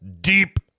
deep